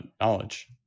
knowledge